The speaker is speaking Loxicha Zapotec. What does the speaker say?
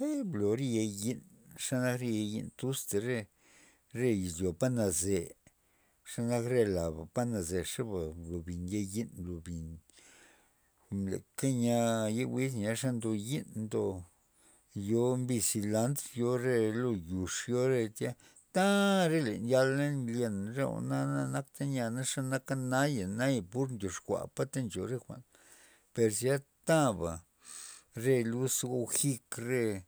ee blo re ya yi'n xanak re ya yi'n tus ta re re izyo ta naze xenak re laba pa nazexaba blo bin ya yi'n blo bin leka niay ye wiz ze nia ndo ye ndo yo mbis silantr yo re lo yux yo lo re tya ta le ren yal nlyen re jwa'na na nakta nya xe naka naya, naya pur ndyoxkua pata ncho re jwa'n per zya taba re luz go jik re.